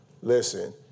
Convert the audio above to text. listen